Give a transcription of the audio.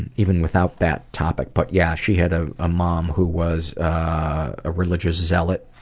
and even without that topic. but yeah, she had ah a mom who was a religious zealot,